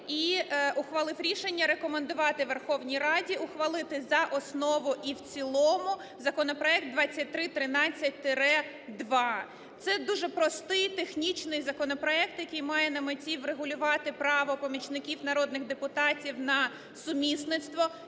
і ухвалив рішення рекомендувати Верховній Раді ухвалити за основу і в цілому законопроект 2313-2. Це дуже простий технічний законопроект, який має на меті врегулювати право помічників народних депутатів на сумісництво,